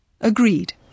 Agreed